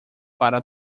para